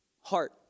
heart